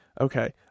Okay